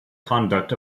conduct